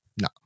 No